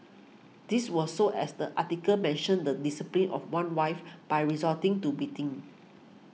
this was so as the article mentioned the disciplining of one's wife by resorting to beating